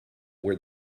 where